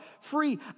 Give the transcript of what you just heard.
free